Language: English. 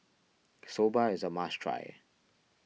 Soba is a must try